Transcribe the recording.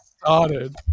started